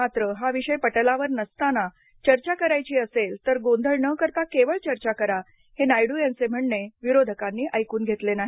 मात्र हा विषय पटलावर नसताना चर्चा करायची असेल तर गोंधळ न करता केवळ चर्चा करा हे नायडू यांचे म्हणणे विरोधकांनी ऐकून घेतले नाही